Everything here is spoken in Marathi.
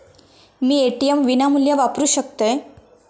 मी ए.टी.एम विनामूल्य वापरू शकतय?